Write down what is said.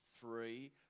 three